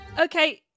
Okay